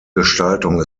gestaltung